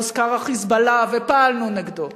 והוזכר ה"חיזבאללה" ופעלנו נגדו.